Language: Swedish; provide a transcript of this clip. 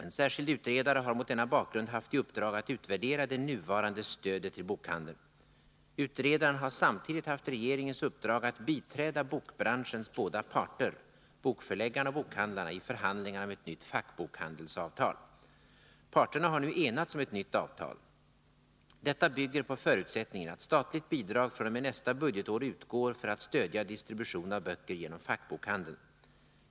En särskild utredare har mot denna bakgrund haft i uppdrag att utvärdera det nuvarande stödet till bokhandeln. Utredaren har samtidigt haft regeringens uppdrag att biträda bokbranschens båda parter, bokförläggarna och bokhandlarna, i förhandlingarna om ett nytt fackbokhandelsavtal. Parterna har nu enats om ett nytt avtal. Detta bygger på förutsättningen att statligt bidrag fr.o.m. nästa budgetår utgår för att stödja distribution av böcker genom fackbokhandeln.